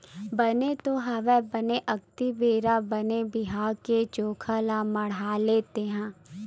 बने तो हवय बने अक्ती बेरा बने बिहाव के जोखा ल मड़हाले तेंहा